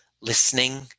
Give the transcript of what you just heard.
listening